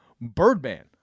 Birdman